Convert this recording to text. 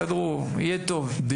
תסדרו, יהיה טוב - שיטת מצליח.